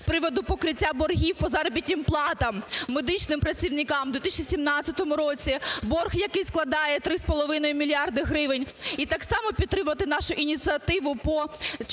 з приводу покриття боргів по заробітнім платам медичним працівникам в 2017 році, борг який складає 3,5 мільярда гривень. І так само підтримати нашу ініціативу по 4 мільярдам